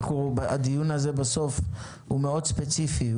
הדיון הזה בסוף הוא מאוד ספציפי.